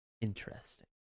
interesting